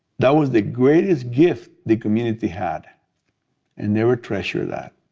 that was the greatest gift the community had, and never treasured that.